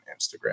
Instagram